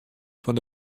fan